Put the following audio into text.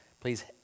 please